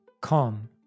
Calm